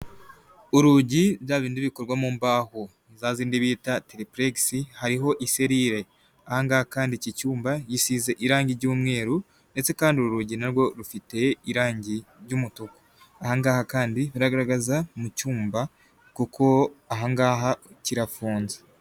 Urugi bya bindi bikorwa mu mbaho, zazindi bita tiripuregisi hariho iserire, ahangaha kandi iki cyumba, gisize irangi ry'umweru, ndetse kandi uru rugi narwo rufite irangi ry'umutuku. Ahangaha kandi rigaragaza mu cyumba, kuko ahangaha kirafunze.